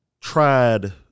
tried